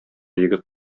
егет